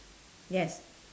yes